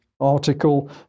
article